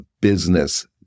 business